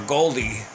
Goldie